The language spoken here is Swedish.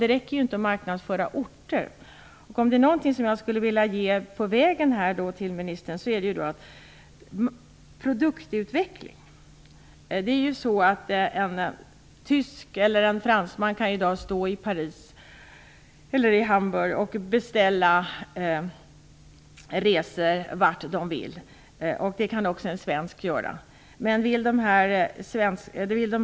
Det räcker ju inte att marknadsföra orter. Jag skulle vilja ge ministern något att tänka på på vägen. Det handlar om produktutveckling. En tysk eller en fransman kan i dag stå i Hamburg eller Paris och beställa resor vart de vill. Det kan man också göra i Sverige.